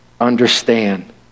understand